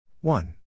One